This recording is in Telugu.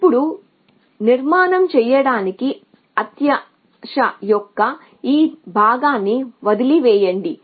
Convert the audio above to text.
ఇప్పుడు నిర్మాణం చేయడానికి అత్యాశ యొక్క ఈ భాగాన్ని వదిలివేయండి